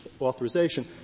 authorization